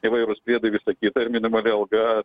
įvairūs priedai visa kita ir minimali alga